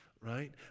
right